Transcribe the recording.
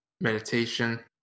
meditation